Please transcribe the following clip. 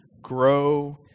grow